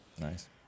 Nice